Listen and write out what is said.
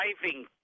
driving